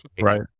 right